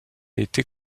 été